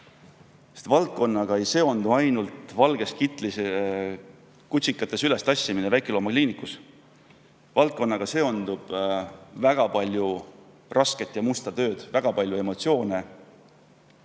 Selle valdkonnaga ei seondu ainult valges kitlis kutsikate süles tassimine väikeloomakliinikus, vaid seal on väga palju rasket ja musta tööd, on ka väga palju emotsioone,